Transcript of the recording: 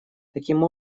таким